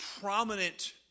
prominent